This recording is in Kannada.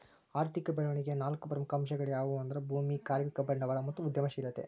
ಆರ್ಥಿಕ ಬೆಳವಣಿಗೆಯ ನಾಲ್ಕು ಪ್ರಮುಖ ಅಂಶಗಳ್ಯಾವು ಅಂದ್ರ ಭೂಮಿ, ಕಾರ್ಮಿಕ, ಬಂಡವಾಳ ಮತ್ತು ಉದ್ಯಮಶೇಲತೆ